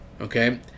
okay